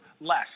less